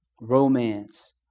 romance